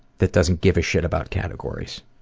that doesn't give a shit about categories,